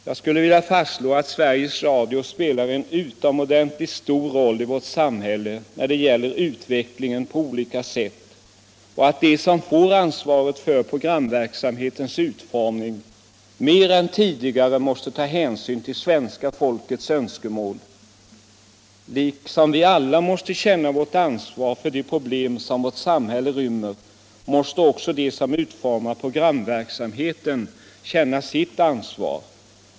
Jag skulle vilja fastslå att Sveriges Radio spelar en utomordentligt stor roll i vårt samhälle när det gäller utvecklingen på olika områden och att de som får ansvaret för programverksamhetens utformning mer än tidigare måste ta hänsyn till svenska folkets önskemål. Liksom vi alla måste känna vårt ansvar för de problem som vårt samhälle rymmer, måste också de som utformar programverksamheten känna sitt ansvar.